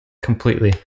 Completely